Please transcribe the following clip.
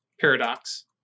paradox